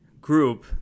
group